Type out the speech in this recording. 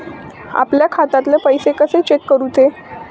आपल्या खात्यातले पैसे कशे चेक करुचे?